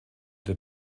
der